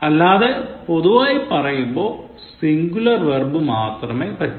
അല്ലതെ പൊതുവായി പറയുമ്പോൾ സിന്ഗുലർ വെർബ് മാത്രമേ പറ്റു